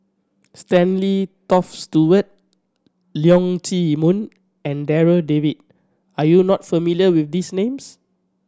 Stanley Toft Stewart Leong Chee Mun and Darryl David are you not familiar with these names